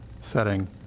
setting